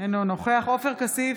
אינו נוכח עופר כסיף,